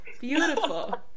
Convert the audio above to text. Beautiful